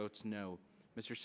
votes no mr